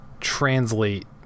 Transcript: translate